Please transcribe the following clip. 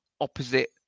opposite